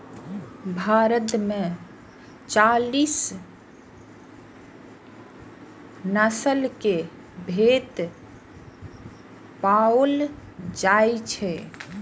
भारत मे चालीस नस्ल के भेड़ पाओल जाइ छै